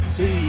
See